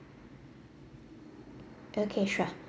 okay sure